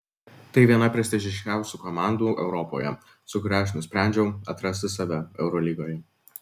tai viena prestižiškiausių komandų europoje su kuria aš nusprendžiau atrasti save eurolygoje